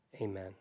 amen